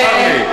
תסלח לי,